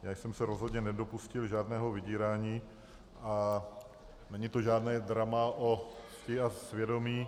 Já jsem se rozhodně nedopustil žádného vydírání a není to žádné drama o cti a svědomí.